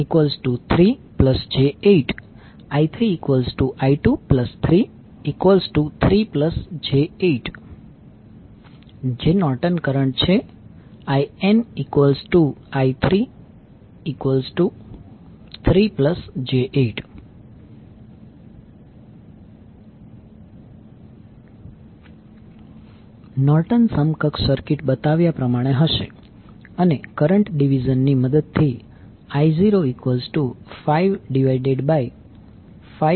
I3I233j8 I3I233j8 Norton current છે INI33j8 Norton સમકક્ષ circuit બતાવ્યા પ્રમાણે હશે અને કરંટ ડીવીઝન ની મદદથી I05520j15IN3j85j31